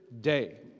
day